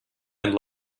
and